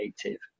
creative